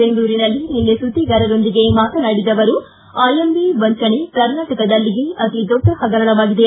ಬೆಂಗಳೂರಿನಲ್ಲಿ ನಿನ್ನೆ ಸುದ್ದಿಗಾರರೊಂದಿಗೆ ಮಾತನಾಡಿದ ಅವರು ಐಎಮ್ಎ ವಂಚನೆ ಕರ್ನಾಟಕದಲ್ಲಿಯೇ ಅತಿ ದೊಡ್ಡ ಹಗರಣವಾಗಿದೆ